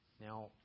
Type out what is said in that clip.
Now